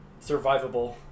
survivable